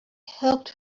helped